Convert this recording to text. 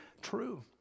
true